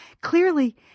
clearly